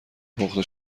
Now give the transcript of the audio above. پخته